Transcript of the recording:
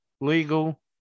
legal